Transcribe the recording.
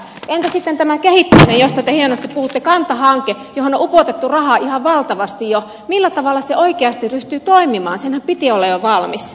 entä sitten tämä kehittämiensä pelien puute kantahanke on otettu raha ja valtavasti jo millä tavalla se oikeasti jotain innasen piti olla jo valmis